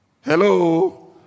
Hello